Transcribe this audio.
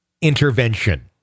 intervention